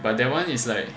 but that [one] is like